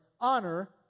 Honor